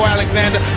Alexander